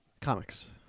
Comics